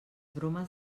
bromes